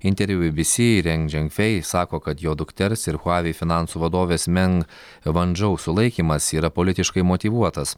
interviu bibisi ren dženkfei sako kad jo dukters ir huavei finansų vadovės meng vandžou sulaikymas yra politiškai motyvuotas